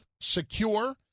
secure